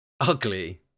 Ugly